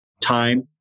time